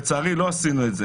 אבל לצערי אנחנו לא עשינו את זה